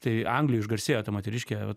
tai anglijoj išgarsėjo ta moteriškė